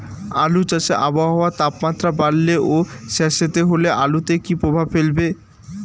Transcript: আলু চাষে আবহাওয়ার তাপমাত্রা বাড়লে ও সেতসেতে হলে আলুতে কী প্রভাব ফেলবে?